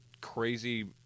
crazy